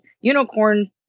unicorn